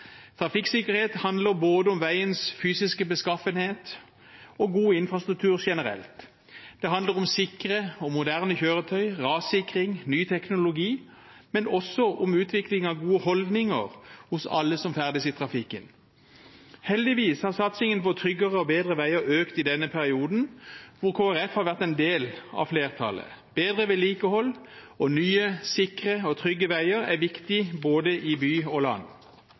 Trafikksikkerhet handler både om veiens fysiske beskaffenhet og om god infrastruktur generelt. Det handler om sikre og moderne kjøretøy, rassikring, ny teknologi, men også om utvikling av gode holdninger hos alle som ferdes i trafikken. Heldigvis har satsingen på tryggere og bedre veier økt i denne perioden hvor Kristelig Folkeparti har vært en del av flertallet. Bedre vedlikehold og nye, sikre og trygge veier er viktig i både by og land.